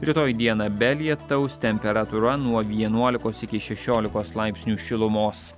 rytoj dieną be lietaus temperatūra nuo vienuolikos iki šešiolikos laipsnių šilumos